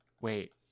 wait